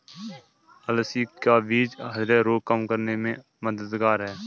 अलसी का बीज ह्रदय रोग कम करने में मददगार है